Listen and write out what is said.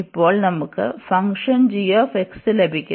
ഇപ്പോൾ നമുക്ക് function g ലഭിച്ചു